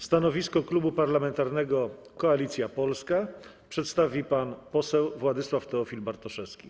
Stanowisko Klubu Parlamentarnego Koalicja Polska przedstawi pan poseł Władysław Teofil Bartoszewski.